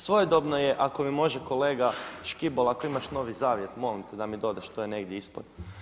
Svojedobno je ako me može kolega Škibola, ako imaš Novi zavjet, molim te da mi dodaš to je negdje ispod.